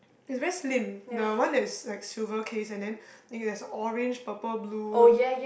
it's very slim the one that's like silver case and then they got like there's orange purple blue